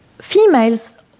females